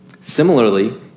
Similarly